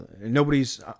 nobody's